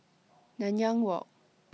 Nanyang Walk